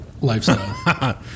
lifestyle